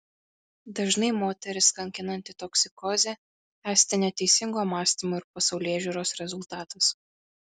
dažnai moteris kankinanti toksikozė esti neteisingo mąstymo ir pasaulėžiūros rezultatas